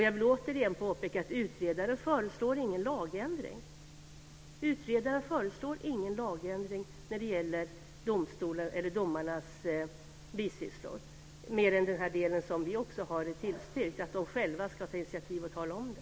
Jag vill återigen påpeka att utredaren inte föreslår någon lagändring. Utredaren föreslår ingen lagändring när det gäller domstolarna eller domarnas bisysslor mer än i den del som vi också har tillstyrkt, nämligen att de själva ska ta initiativ till att tala om det.